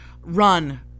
Run